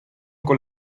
con